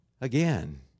again